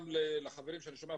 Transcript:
שי.